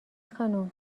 خانم